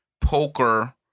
poker